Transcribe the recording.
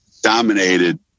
dominated